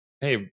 hey